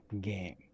game